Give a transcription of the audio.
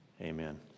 amen